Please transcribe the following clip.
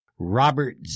Robert